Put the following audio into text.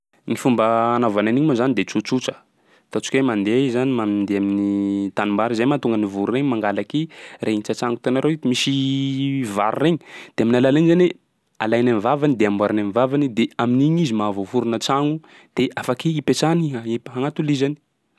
Ny fomba anaovany an'igny moa zany de tsotsotra, ataontsika hoe mandeha i zany mandeha amin'ny tanimbary, zay mahatonga an'ny voro regny mangalaky regny tsatsagno. Hitanareo misy vary regny de amin'ny alalan'iny zany alainy am'vavany de amboariny am'vavany de amin'igny izy mahavoaforona tsagno de afaky ipetsahany, a- ip- agnatolizany.